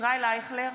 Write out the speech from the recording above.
ישראל אייכלר,